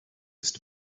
ist